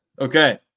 Okay